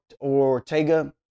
Ortega